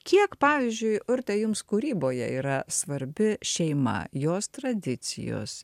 kiek pavyzdžiui urte jums kūryboje yra svarbi šeima jos tradicijos